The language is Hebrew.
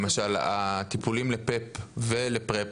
למשל הטיפולים ל- PAP ול- PRAP,